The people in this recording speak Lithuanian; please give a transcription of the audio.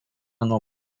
nuo